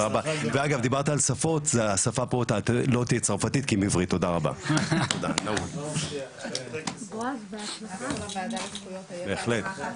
הישיבה ננעלה בשעה 17:10.